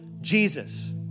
Jesus